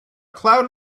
cloud